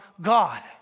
God